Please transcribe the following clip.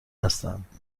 هستند